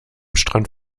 strand